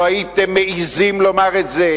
לא הייתם מעזים לומר את זה,